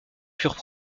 furent